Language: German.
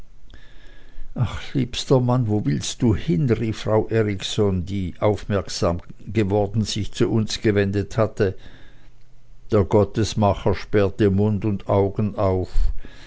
aber liebster mann wo willst du hin rief frau erikson die aufmerksam geworden sich zu uns gewendet hatte der gottesmacher sperrte mund und augen auf